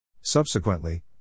Subsequently